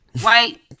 white